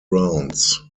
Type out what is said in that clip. rounds